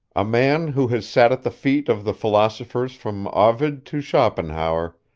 a man who has sat at the feet of the philosophers from ovid to schopenhauer,